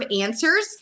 answers